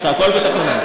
והכול בתקנות.